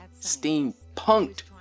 Steampunked